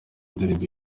ndirimbo